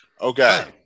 okay